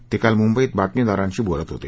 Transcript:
क्लिल मुंबईत बातमीदारांशी बोलत होत